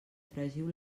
fregiu